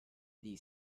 the